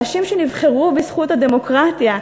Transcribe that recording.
אנשים שנבחרו בזכות הדמוקרטיה,